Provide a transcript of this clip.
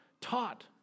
taught